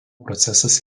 procesas